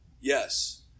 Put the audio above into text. Yes